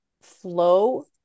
flow